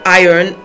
iron